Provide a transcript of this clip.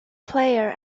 player